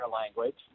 language